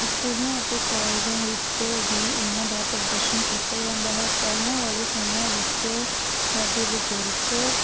ਸਕੂਲਾਂ ਅਤੇ ਕਾਲਜਾਂ ਵਿੱਚ ਵੀ ਇਹਨਾਂ ਦਾ ਪ੍ਰਦਰਸ਼ਨ ਕੀਤਾ ਜਾਂਦਾ ਹੈ ਪਹਿਲਾਂ ਵਾਲੇ ਸਮਿਆਂ ਵਿੱਚ ਸਾਡੇ ਬਜ਼ੁਰਗ